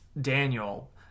Daniel